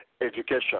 education